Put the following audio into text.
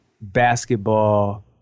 basketball